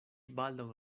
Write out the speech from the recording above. baldaŭ